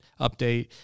update